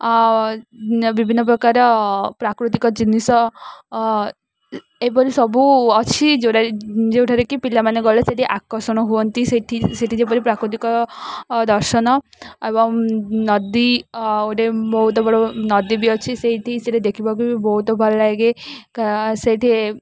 ବିଭିନ୍ନ ପ୍ରକାର ପ୍ରାକୃତିକ ଜିନିଷ ଏପରି ସବୁ ଅଛି ଯେଉଁଟାରେ ଯୋଉଠାରେ କିି ପିଲାମାନେ ଗଲେ ସେଠି ଆକର୍ଷଣ ହୁଅନ୍ତି ସେଠି ସେଠି ଯେପରି ପ୍ରାକୃତିକ ଦର୍ଶନ ଏବଂ ନଦୀ ଗୋଟେ ବହୁତ ବଡ଼ ନଦୀ ବି ଅଛି ସେଇଠି ସେଠି ଦେଖିବାକୁ ବି ବହୁତ ଭଲ ଲାଗେ ସେଇଠି